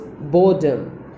boredom